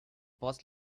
boss